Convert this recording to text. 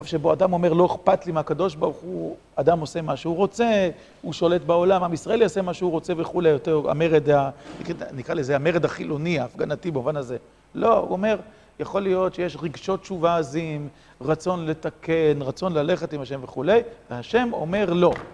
שבו אדם אומר, לא אכפת לי מהקדוש ברוך הוא, אדם עושה מה שהוא רוצה, הוא שולט בעולם, עם ישראל יעשה מה שהוא רוצה וכולי, יותר המרד, נקרא לזה המרד החילוני, ההפגנתי במובן הזה. לא, הוא אומר, יכול להיות שיש רגשות תשובה עזים, רצון לתקן, רצון ללכת עם השם וכולי, והשם אומר לא.